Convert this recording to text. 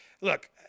look